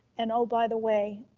and oh, by the way,